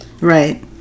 right